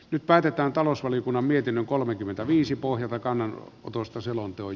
nyt päätetään talousvaliokunnan mietinnön pohjalta kannanotosta selonteon